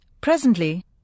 Presently